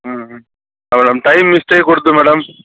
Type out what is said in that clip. time miss చెయ్యకూడదు madam